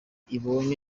ibonye